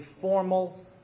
formal